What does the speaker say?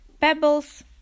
Pebbles